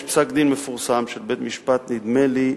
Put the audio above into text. יש פסק-דין מפורסם של בית-משפט מחוזי,